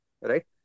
right